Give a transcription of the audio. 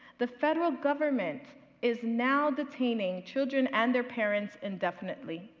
the federal government is now detaining children and their parents indefinitely.